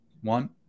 one